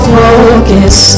focus